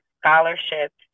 scholarships